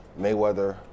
Mayweather